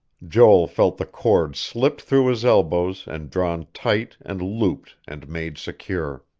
joel felt the cord slipped through his elbows and drawn tight and looped and made secure.